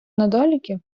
недоліки